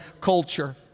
culture